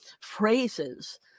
phrases